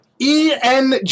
ENG